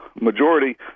majority